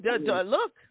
look